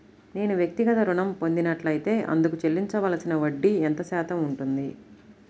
నేను వ్యక్తిగత ఋణం పొందినట్లైతే అందుకు చెల్లించవలసిన వడ్డీ ఎంత శాతం ఉంటుంది?